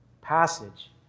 passage